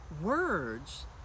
words